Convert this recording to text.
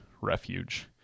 refuge